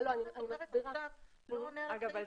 זה לא עונה על הסעיף.